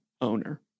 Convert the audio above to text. owner